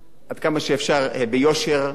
עד כמה שאפשר, ביושר.